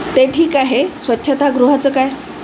ते ठीक आहे स्वच्छतागृहाचं काय